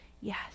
yes